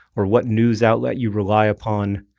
or what news outlets you rely upon,